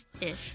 Ish